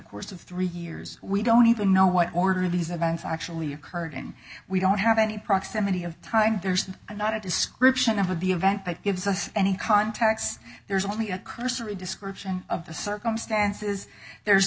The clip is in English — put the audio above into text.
course of three years we don't even know what order these events actually occurred and we don't have any proximity of time there's not a description of the event that gives us any context there's only a cursory description of the circumstances there's